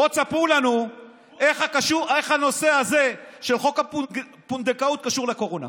בואו תספרו לנו איך הנושא הזה של חוק הפונדקאות קשור לקורונה.